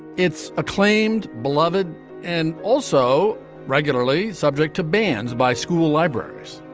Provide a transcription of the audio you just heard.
it's a claimed beloved and also regularly subject to bans by school libraries.